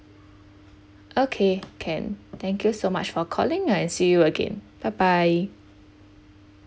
okay can thank you so much for calling and see you again bye bye